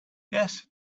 yes